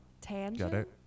Tangent